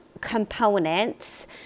components